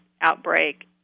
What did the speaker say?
outbreak